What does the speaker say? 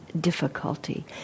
difficulty